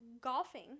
golfing